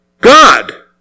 God